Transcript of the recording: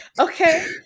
Okay